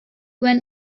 when